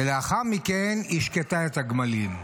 ולאחר מכן השקתה את הגמלים.